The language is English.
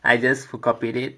I just forgot period